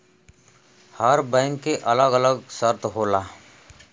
हर bank के अलग अलग शर्त होला